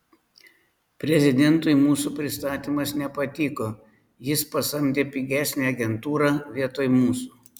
prezidentui mūsų pristatymas nepatiko jis pasamdė pigesnę agentūrą vietoj mūsų